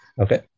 Okay